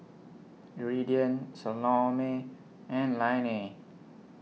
Iridian Salome and Lainey